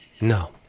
No